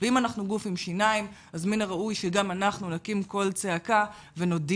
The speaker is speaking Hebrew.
ואם אנחנו גוף עם שיניים אז מן הראוי שגם אנחנו נקים קול צעקה ונודיע,